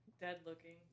dead-looking